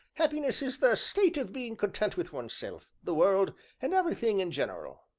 happiness is the state of being content with one's self, the world, and everything in general.